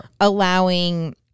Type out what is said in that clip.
allowing